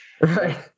right